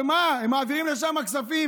ומה, הם מעבירים לשם כספים.